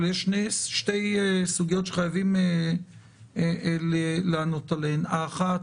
יש שתי סוגיות שחייבים לענות עליהן: האחת